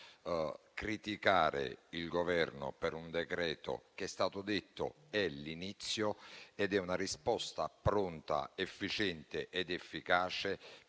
poco serio criticare il Governo per un decreto-legge che - com'è stato detto - è un inizio ed è una risposta pronta, efficiente ed efficace